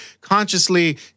consciously